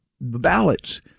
ballots